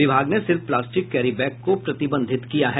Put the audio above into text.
विभाग ने सिर्फ प्लास्टिक कैरी बैग को प्रतिबंधित किया है